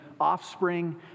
offspring